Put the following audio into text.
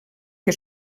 que